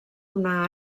una